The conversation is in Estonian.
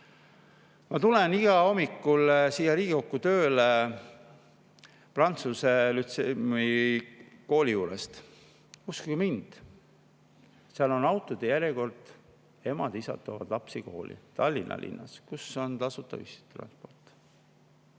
Ma tulen igal hommikul siia Riigikokku tööle prantsuse lütseumi juurest. Uskuge mind, seal on autode järjekord, sest emad-isad toovad lapsi kooli – Tallinna linnas, kus on tasuta ühistransport.